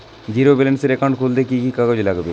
Zero ব্যালেন্সের account খুলতে কি কি কাগজ লাগবে?